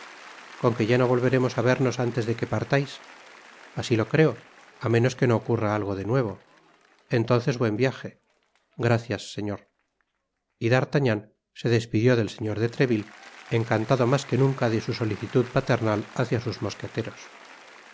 con que ya no volveremos á vernos antes de que partais así lo creo á menos que no ocurra algo de nuevo entonces buen viaje gracias señor y d'artagnan se despidió del señor de treville encantado'mas que nunca de su solicitud paternal hácia sus mosqueteros